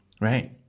Right